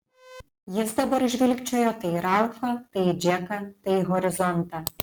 jis dabar žvilgčiojo tai į ralfą tai į džeką tai į horizontą